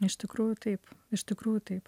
iš tikrųjų taip iš tikrųjų taip